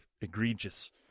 egregious